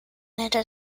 canada